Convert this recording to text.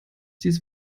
dies